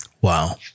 Wow